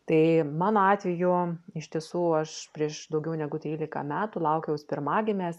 tai mano atveju iš tiesų aš prieš daugiau negu trylika metų laukiaus pirmagimės